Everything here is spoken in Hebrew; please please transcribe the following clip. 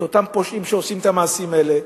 את אותם פושעים שעושים את המעשים האלה,